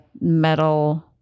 metal